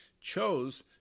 chose